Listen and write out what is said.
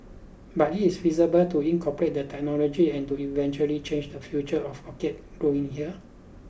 but is it feasible to incorporate the technology and to eventually change the future of orchid growing here